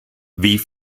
wie